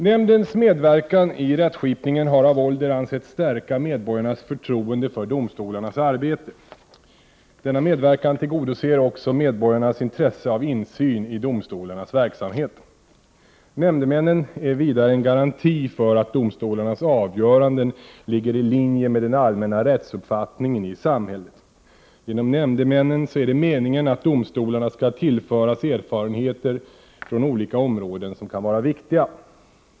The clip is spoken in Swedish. Nämndens medverkan i rättskipningen har av ålder ansetts stärka medborgarnas förtroende för domstolarnas arbete. Denna medverkan tillgodoser också medborgarnas intresse av insyn i domstolarnas verksamhet. Nämndemännen är vidare en garanti för att domstolarnas avgöranden ligger i linje med den allmänna rättsuppfattningen i samhället. Genom nämndemännen är det meningen att domstolarna skall tillföras erfarenheter från olika områden som kan vara viktiga.